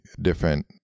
different